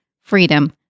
freedom